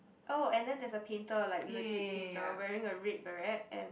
oh and then there's a painter like legit painter wearing a red beret and